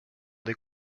des